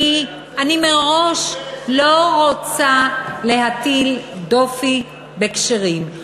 אני מראש לא רוצה להטיל דופי בכשרים,